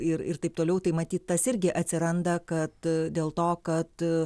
ir ir taip toliau tai matyt tas irgi atsiranda kad dėl to kad